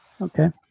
Okay